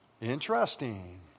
Interesting